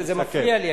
זה מפריע לי,